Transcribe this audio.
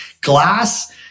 glass